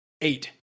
Eight